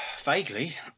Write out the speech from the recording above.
Vaguely